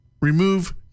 Remove